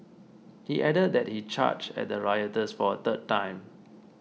he added that he charged at the rioters for a third time